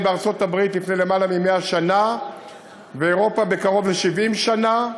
בארצות-הברית לפני למעלה מ-100 שנה ובאירופה לפני קרוב ל-70 שנה,